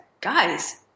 guys